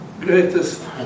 greatest